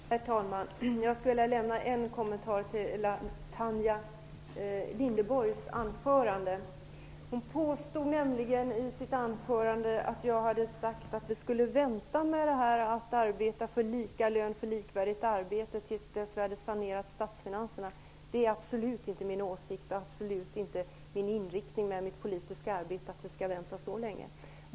Herr talman! Jag skulle vilja göra en kommentar till Tanja Linderborgs anförande. Hon påstår nämligen i sitt anförande att jag hade sagt att vi skulle vänta med att arbeta för lika lön för likvärdigt arbete tills vi hade sanerat statsfinanserna. Det är absolut inte min åsikt, absolut inte inriktningen i mitt politiska arbete.